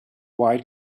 white